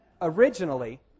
originally